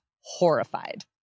horrified